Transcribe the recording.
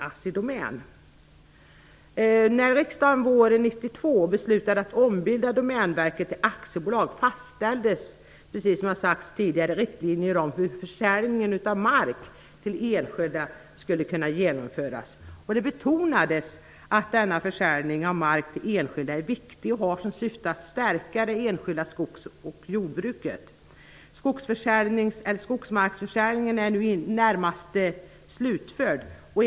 När riksdagen våren 1992 beslutade att ombilda Domänverket till aktiebolag fastställdes, vilket har sagts tidigare, riktlinjer för hur försäljning av mark till enskilda skulle kunna genomföras. Det betonades att denna försäljning av mark till enskilda är viktig och har som syfte att stärka det enskilda skogs och jordbruket. Skogsmarksförsäljningen är nu i det närmaste slutförd.